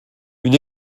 une